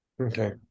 Okay